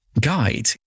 guide